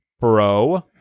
bro